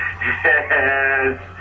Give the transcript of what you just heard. Yes